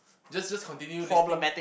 just just continue listing